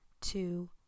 two